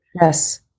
Yes